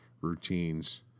routines